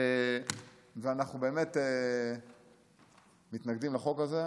ואנחנו מתנגדים לחוק הזה.